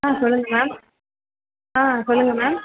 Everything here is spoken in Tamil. ஆ சொல்லுங்க மேம் ஆ சொல்லுங்க மேம்